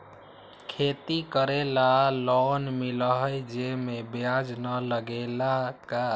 खेती करे ला लोन मिलहई जे में ब्याज न लगेला का?